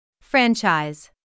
Franchise